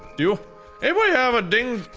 you have a ding